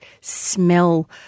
smell